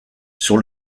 sur